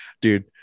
Dude